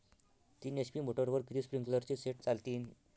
तीन एच.पी मोटरवर किती स्प्रिंकलरचे सेट चालतीन?